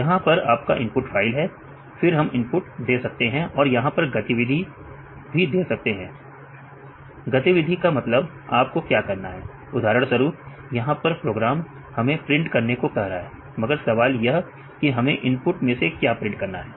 यहां पर आपका इनपुट फाइल है फिर हम इनपुट दे सकते हैं और यहां पर गतिविधि दी गतिविधि का मतलब आपको क्या करना है उदाहरण स्वरूप यहां पर प्रोग्राम हमें प्रिंट करने को कह रहा है मगर सवाल यह की हमें इनपुट में से क्या प्रिंट करना है